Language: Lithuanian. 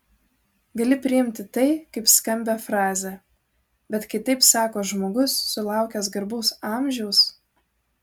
gali priimti tai kaip skambią frazę bet kai taip sako žmogus sulaukęs garbaus amžiaus